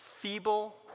feeble